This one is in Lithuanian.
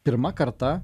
pirma karta